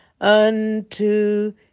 unto